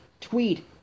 tweet